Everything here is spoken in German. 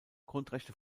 grundrechte